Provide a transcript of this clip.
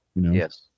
Yes